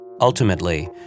Ultimately